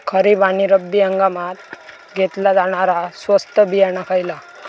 खरीप आणि रब्बी हंगामात घेतला जाणारा स्वस्त बियाणा खयला?